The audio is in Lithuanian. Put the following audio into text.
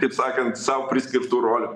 kaip sakant sau priskirtų rolių